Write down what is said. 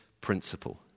principle